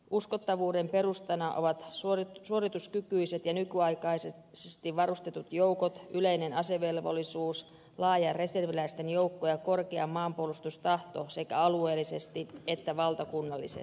uskottavuuden perustana ovat suorituskykyiset ja nykyaikaisesti varustetut joukot yleinen asevelvollisuus laaja reserviläisten joukko ja korkea maanpuolustustahto sekä alueellisesti että valtakunnallisesti